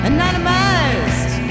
Anonymized